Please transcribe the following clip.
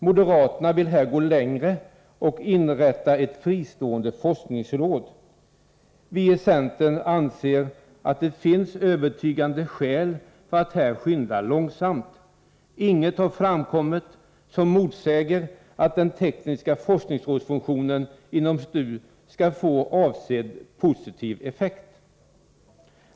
Moderaterna vill här gå längre och inrätta ett fristående forskningsråd. Vi i centern anser att det finns övertygande skäl för att här skynda långsamt. Inget har framkommit som motsäger att den tekniska forskningsrådsfunktionen inom STU skall få avsedd positiv effekt.